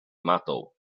matoł